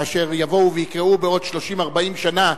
כאשר יבואו ויקראו בעוד 30 40 שנה,